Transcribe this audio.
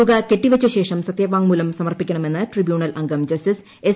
തുക കെട്ടിവച്ച ശേഷം സത്യവാങ്മൂലം സമർപ്പിക്കണമെന്ന് ട്രിബ്യൂണൽ അംഗം ജസ്റ്റിസ് എസ്